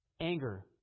Anger